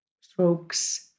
Strokes